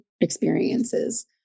experiences